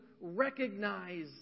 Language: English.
recognize